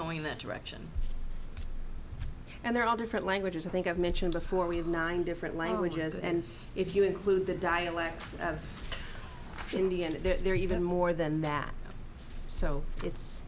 going in that direction and they're all different languages i think i've mentioned before we have nine different languages and if you include the dialects of india and they're even more than that so it's